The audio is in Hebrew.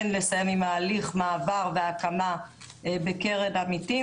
לסיים עם הליך המעבר וההקמה בקרן עמיתים,